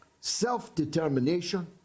self-determination